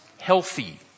healthy